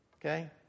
okay